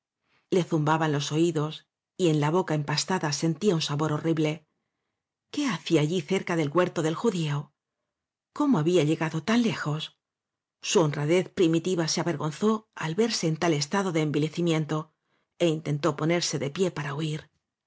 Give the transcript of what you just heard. le zumbaban los oídos y en la boca empastada sentía un sabor horrible qué hacía allí cerca del huerto del judio omo había llegado tan lejos su honradez primi tiva se avergonzó al verse en tal estado de envilecimiento é intentó ponerse en pie para huir